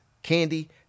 candy